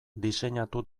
diseinatu